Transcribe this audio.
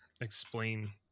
explain